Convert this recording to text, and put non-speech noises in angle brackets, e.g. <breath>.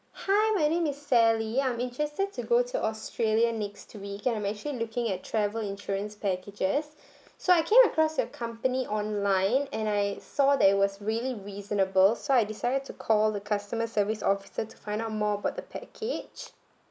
hi my name is sally I'm interested to go to australia next week and I'm actually looking at travel insurance packages <breath> so I came across your company online and I saw that it was really reasonable so I decided to call the customer service officer to find out more about the package